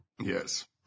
Yes